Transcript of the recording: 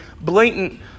blatant